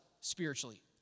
spiritually